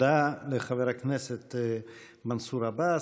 תודה לחבר הכנסת מנסור עבאס.